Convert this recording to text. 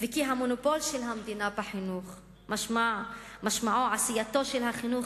וכי המונופול של המדינה בחינוך משמעו עשייתו של החינוך